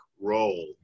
role